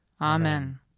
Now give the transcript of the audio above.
Amen